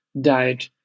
died